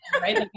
right